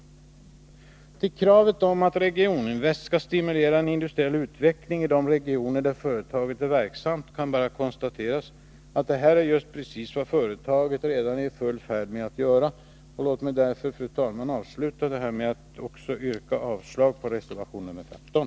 När det gäller kravet om att Regioninvest skall stimulera en industriell utveckling i de regioner där företaget är verksamt kan bara konstateras att detta är just vad företaget redan är i full färd med att göra. Låt mig därför, fru talman, avsluta mitt anförande med att yrka avslag även på reservation 15.